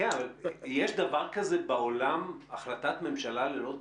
יש דבר כזה בעולם החלטת ממשלה ללא תקציב?